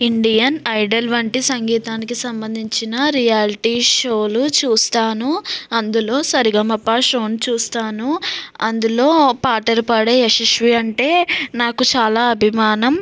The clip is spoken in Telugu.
ఇండియన్ ఐడల్ వంటి సంగీతానికి సంబంధించిన రియాలిటీ షోలు చూస్తాను అందులో సరిగమప షోని చూస్తాను అందులో పాటలు పాడే యశస్వి అంటే నాకు చాలా అభిమానం